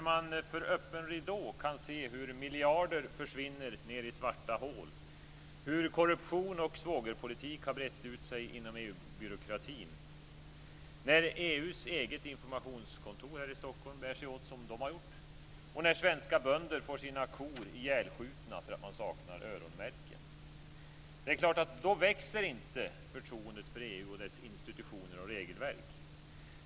Man kan ju för öppen ridå se hur miljarder försvinner ned i svarta hål, hur korruption och svågerpolitik har brett ut sig inom EU-byråkratin, att EU:s eget informationskontor här i Stockholm bär sig åt som de har gjort och att svenska bönder får sina kor ihjälskjutna för att dessa saknar öronmärken. Det är klart att då växer inte förtroendet för EU och dess institutioner och regelverk.